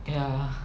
ya